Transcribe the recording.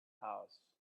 house